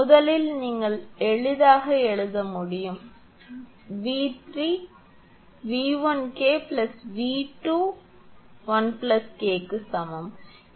முதலில் நீங்கள் எளிதாக எழுத முடியும் 𝑉3 𝑉1𝐾 𝑉2 1 𝐾 க்கு சமம்